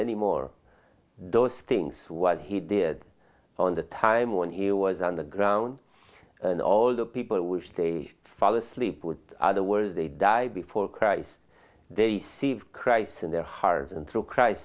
anymore those things what he did on the time when he was on the ground and all the people wish they fall asleep with other words they die before christ they see of christ in their hearts and through christ